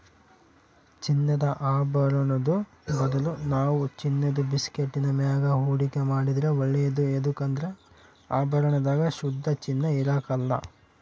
ಚಿನ್ನದ ಆಭರುಣುದ್ ಬದಲು ನಾವು ಚಿನ್ನುದ ಬಿಸ್ಕೆಟ್ಟಿನ ಮ್ಯಾಗ ಹೂಡಿಕೆ ಮಾಡಿದ್ರ ಒಳ್ಳೇದು ಯದುಕಂದ್ರ ಆಭರಣದಾಗ ಶುದ್ಧ ಚಿನ್ನ ಇರಕಲ್ಲ